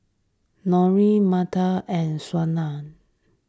Norene Minda and Shawna